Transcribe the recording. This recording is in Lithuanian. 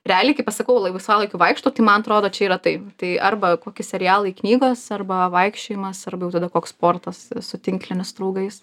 realiai kai pasakau laisvalaikiu vaikštau tai man atrodo čia yra tai tai arba koki serialai knygos arba vaikščiojimas arba jau tada koks sportas su tinkliniu su draugais